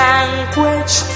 Language